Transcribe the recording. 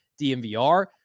DMVR